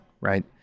Right